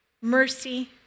mercy